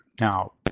Now